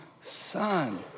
son